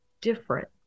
different